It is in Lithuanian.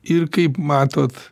ir kaip matot